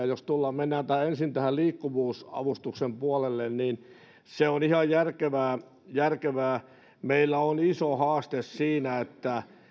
jos mennään ensin tähän liikkuvuusavustuksen puolelle niin se on ihan järkevää järkevää meillä on iso haaste siinä että